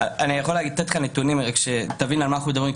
אני יכול לתת לכם נתונים שתבין על מה אנחנו מדברים.